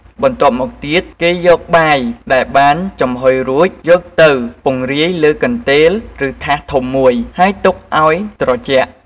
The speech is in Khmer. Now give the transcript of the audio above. បន្ទាប់មកទៀតគេយកបាយដែលបានចំហុយរួចយកទៅពង្រាយលើកន្ទេលឬថាសធំមួយ ហើយទុកឲ្យត្រជាក់។